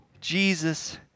Jesus